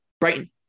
Brighton